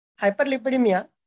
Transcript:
Hyperlipidemia